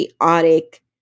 chaotic